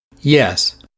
Yes